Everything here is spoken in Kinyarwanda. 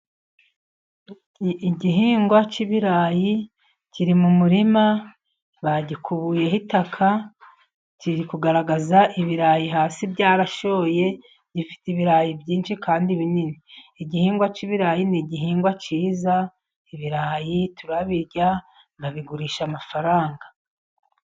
Igihingwa cy'ibirayi kiri mu murima, bagikubuyeho itaka, kiri kugaragaza ibirayi hasi byarashoye, gifite ibirayi byinshi kandi binini, igihingwa cy'ibirayi ni igihingwa cyiza, ibirayi turabirya, tukabigurisha amafaranga.